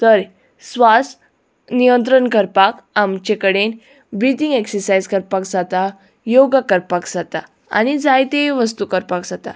तर स्वास नियंत्रण करपाक आमचे कडेन ब्रिथींग एक्सरसायज करपाक जाता योगा करपाक जाता आनी जायते वस्तू करपाक जाता